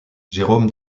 jérôme